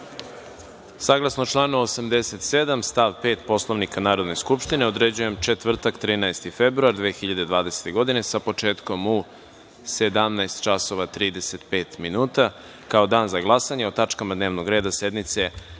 reda. Saglasno članu 87. stav 5. Poslovnika Narodne skupštine, određujem četvrtak 13. februar 2020. godine, sa početkom u 17 časova i 35 minuta, kao dan za glasanje o tačkama dnevnog reda sednice